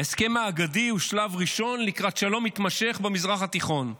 ההסכם האגדי הוא שלב ראשון לקראת שלום מתמשך במזרח התיכון.